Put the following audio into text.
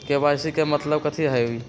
KYC के मतलब कथी होई?